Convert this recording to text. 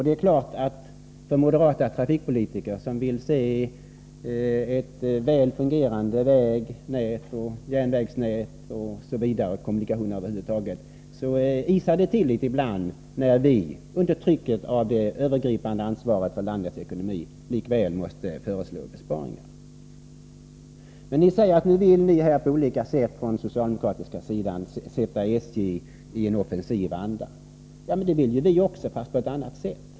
Det är klart att för moderata trafikpolitiker, som vill se väl fungerande vägnät och järnvägsnät — och kommunikationer över huvud taget —isar det till litet ibland när vi, under trycket av det övergripande ansvaret för landets ekonomi, likväl måste föreslå besparingar. Ni säger nu att ni från socialdemokratiskt håll på olika sätt vill ge SJ en offensiv anda. Men det vill ju vi också, fast på ett annat sätt.